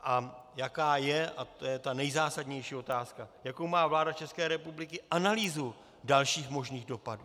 A jaká je a to je ta nejzásadnější otázka jakou má vláda České republiky analýzu dalších možných dopadů.